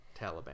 Taliban